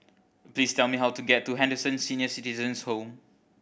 please tell me how to get to Henderson Senior Citizens' Home